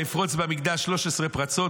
ויפרוץ במקדש שלוש עשרה פרצות.